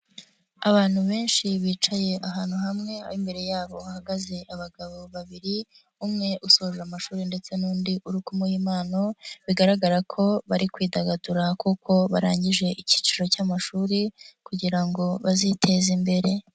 Abantu benshi bicaye ahantu hamwe aho imbere yabo hahagaze abagabo babiri umwe usoje amashuri ndetse n'undi uri kumuha impano bigaragara ko bari kwidagadura kuko barangije ikiciro cy'amashuri kugira ngo baziteze imbere.